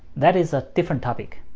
that is a different topic.